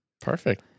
Perfect